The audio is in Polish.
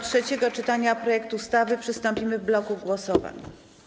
Do trzeciego czytania projektu ustawy przystąpimy w bloku głosowań.